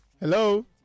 Hello